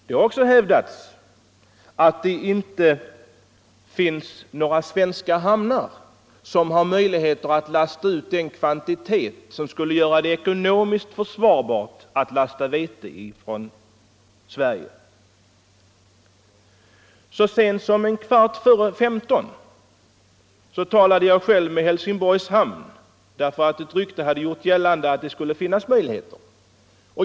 Det har också hävdats att det inte finns några svenska hamnar som har möjlighet att lasta ut den kvantitet som skulle göra det ekonomiskt försvarbart att skicka vete från Sverige. Så sent som en kvart före 15 talade jag själv med Helsingborgs hamn, därför att ett rykte hade gjort gällande att det skulle finnas sådana möjligheter.